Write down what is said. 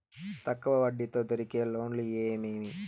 తక్కువ వడ్డీ తో దొరికే లోన్లు ఏమేమి